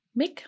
Mick